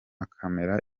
akemera